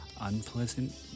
unpleasant